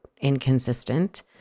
inconsistent